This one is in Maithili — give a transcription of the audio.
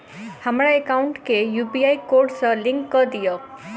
हमरा एकाउंट केँ यु.पी.आई कोड सअ लिंक कऽ दिऽ?